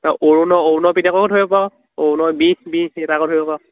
অৰুণৰ অৰুণৰ পুতেককো ধৰিব পাৰ অৰুণৰ বিহ বিহ সেই তাকো ধৰিব পাৰ